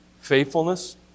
faithfulness